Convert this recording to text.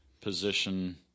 position